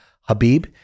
habib